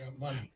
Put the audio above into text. money